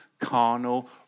carnal